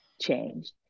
changed